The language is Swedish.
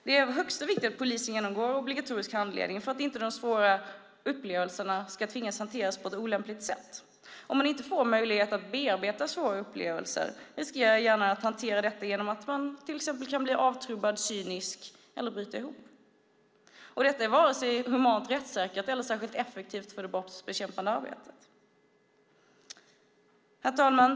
Det är av högsta vikt att poliser genomgår obligatorisk handledning för att inte de svåra upplevelserna ska hanteras på ett olämpligt sätt. Om man inte får möjlighet att bearbeta svåra upplevelser riskerar hjärnan att hantera detta genom att man till exempel kan bli avtrubbad, cynisk eller bryta ihop. Detta är varken humant, rättssäkert eller särskilt effektivt för det brottsbekämpande arbetet. Herr talman!